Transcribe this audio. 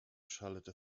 schaltete